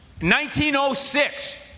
1906